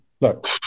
Look